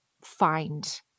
find